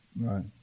right